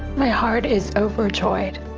my heart is overjoyed.